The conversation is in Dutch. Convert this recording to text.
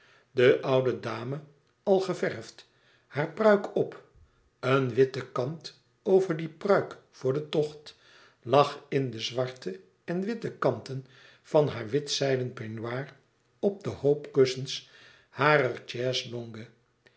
de oude dame al geverfd haar pruik op een witte kant over die pruik voor den tocht lag in de zwarte en witte kanten van haar witten zijden peignoir op de hoop kussens harer